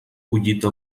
collita